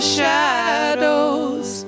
shadows